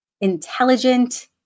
intelligent